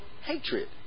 hatred